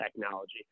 technology